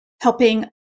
helping